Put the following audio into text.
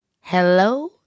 Hello